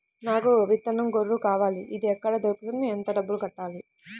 నాకు విత్తనం గొర్రు కావాలి? అది ఎక్కడ దొరుకుతుంది? ఎంత డబ్బులు కట్టాలి?